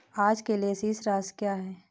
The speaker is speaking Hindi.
आज के लिए शेष राशि क्या है?